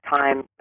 time